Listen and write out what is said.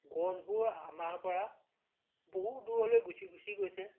গছবোৰ আমাৰপৰা বহু দূৰলৈ গুচি গুচি গৈছে